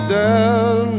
down